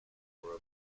for